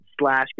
slash